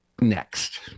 next